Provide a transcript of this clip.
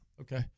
Okay